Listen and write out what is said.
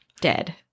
Dead